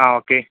ആ ഓക്കേ